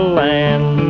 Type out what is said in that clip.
land